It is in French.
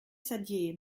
saddier